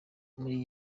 muri